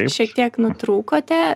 šiek tiek nutrūkote